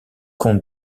comte